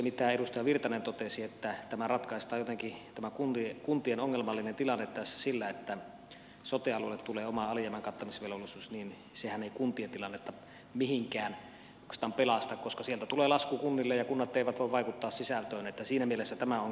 kun edustaja virtanen totesi että tämä kuntien ongelmallinen tilanne ratkaistaan tässä jotenkin sillä että sote alueelle tulee oma alijäämän kattamisvelvollisuus niin sehän ei kuntien tilannetta mihinkään oikeastaan pelasta koska sieltä tulee lasku kunnille ja kunnat eivät voi vaikuttaa sisältöön niin että siinä mielessä tämä ongelma kyllä säilyy